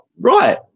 right